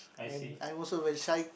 and I also very shy